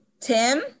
tim